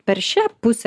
per šią pusę